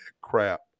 crap